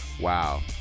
Wow